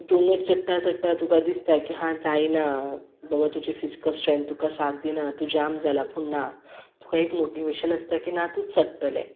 डोंगर चडटा चडटा तुका दिसता की हा जायना बाबा तुजें फिजीकल स्ट्रेंथ तुका साथ दिना तूं जाम जालां पूण ना तुका एक मोटिवेशन आसता की ना तूं चडटलें